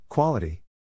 Quality